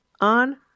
on